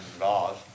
laws